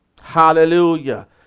Hallelujah